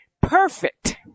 Perfect